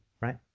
right